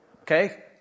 Okay